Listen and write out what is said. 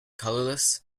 colorless